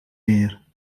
meer